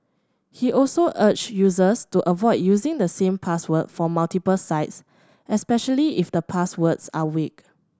he also urged users to avoid using the same password for multiple sites especially if the passwords are weak